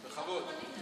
בכבוד.